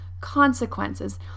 consequences